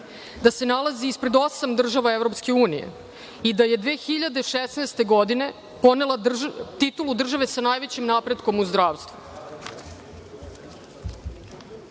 da se nalazi ispred osam država EU i da je 2016. godine ponela titulu države sa najvećim napretkom u zdravstvu. Što